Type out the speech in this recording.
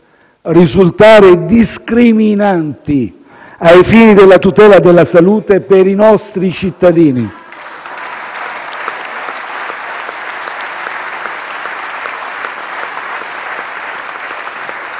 risultare discriminanti ai fini della tutela della salute per i nostri cittadini.